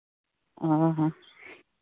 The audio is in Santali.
ᱚᱸᱻ ᱦᱚᱸ